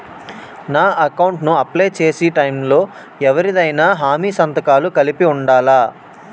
నా అకౌంట్ ను అప్లై చేసి టైం లో ఎవరిదైనా హామీ సంతకాలు కలిపి ఉండలా?